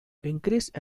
increased